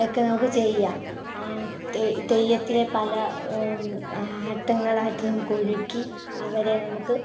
ഒക്കെ നമുക്ക് ചെയ്യാം തെയ്യം തെയ്യത്തിലെ പല ആട്ടങ്ങളായിട്ട് നമുക്ക് ഒരുക്കി അവരെ നമുക്ക്